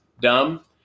dumb